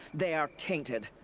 they are tainted.